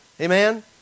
Amen